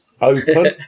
Open